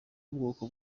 ubwoko